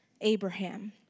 Abraham